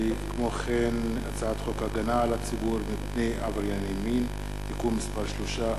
הצעת חוק הגנה על הציבור מפני עברייני מין (תיקון מס' 3),